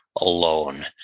alone